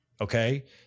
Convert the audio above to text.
Okay